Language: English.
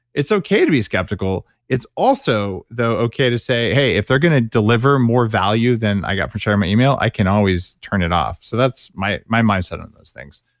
it's okay to be skeptical. it's also though, okay to say, hey, if they're going to deliver more value than i got for sharing my email, i can always turn it off. so, that's my my mindset on those things.